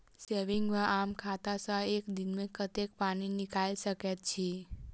Saving वा आम खाता सँ एक दिनमे कतेक पानि निकाइल सकैत छी?